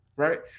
Right